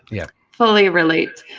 yeah fully relate.